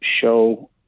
show